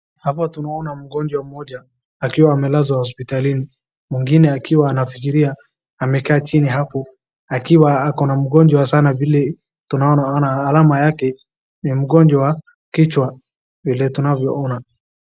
Hapa tunaona mgonjwa mmoja akiwa amelazwa hospitalini. Mwingine akiwa anafikiria amekaa chini hapo akiwa ako na mgonjwa sana vile tunaoana alama yake ni mgonjwa kichwa vile tunavyo ona.